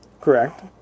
Correct